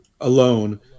alone